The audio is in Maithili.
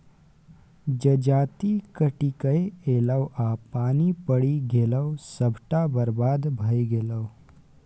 जजाति कटिकए ऐलै आ पानि पड़ि गेलै सभटा बरबाद भए गेलै